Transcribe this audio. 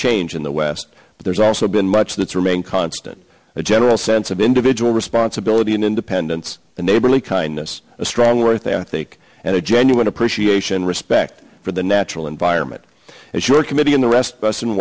change in the west but there's also been much that's remained constant a general sense of individual responsibility and independence and neighborly kindness a strong right there i think and a genuine appreciation respect for the natural environment as your committee and the rest of us in